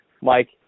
Mike